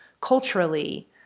Culturally